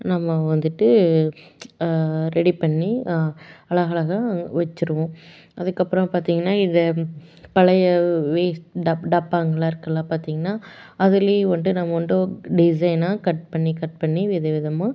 நம்ம வந்துட்டு ரெடி பண்ணி அலகழகா வச்சுருவோம் அதுக்கப்புறம் பார்த்தீங்கன்னா இந்த பழைய வேஸ்ட் டப் டப்பாங்களெல்லாம் இருக்குல்லே பார்த்தீங்கன்னா அதுலேயும் வந்துட்டு நம்ம வந்துட்டு டிசைனாக கட் பண்ணி கட் பண்ணி வித விதமாக